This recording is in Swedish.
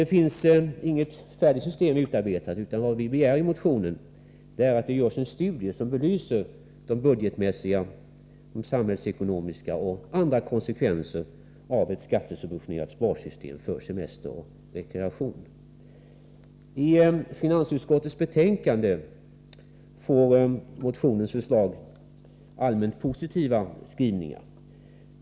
Det är alltså inte fråga om något komplett förslag, utan vad vi begär i motionen är att man gör en studie som belyser budgetmässiga, samhällsekonomiska och andra konsekvenser av ett skattesubventionerat sparsystem för semester och rekreation. När det gäller motionens förslag är finansutskottets skrivningar i det aktuella betänkandet allmänt positiva.